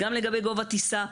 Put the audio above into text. גם לגבי גובה טיסה.